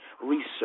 Research